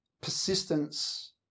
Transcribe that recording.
persistence